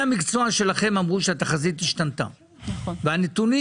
המקצוע שלכם אמרו שהתחזית השתנתה והנתונים